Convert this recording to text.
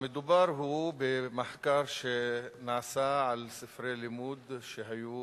מדובר במחקר שנעשה על ספרי לימוד שהיו